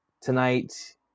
tonight